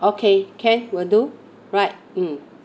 okay can will do right mm